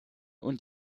und